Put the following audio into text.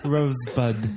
Rosebud